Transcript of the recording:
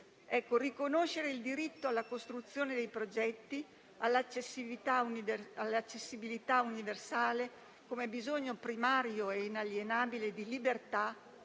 Riconoscere il diritto alla costruzione dei progetti, alla accessibilità universale come bisogno primario e inalienabile di libertà,